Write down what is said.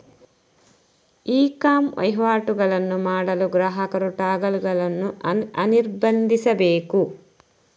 E com ವಹಿವಾಟುಗಳನ್ನು ಮಾಡಲು ಗ್ರಾಹಕರು ಟಾಗಲ್ ಗಳನ್ನು ಅನಿರ್ಬಂಧಿಸಬೇಕು